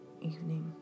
evening